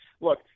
look